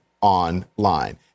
online